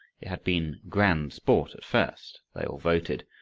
it had been grand sport at first, they all voted,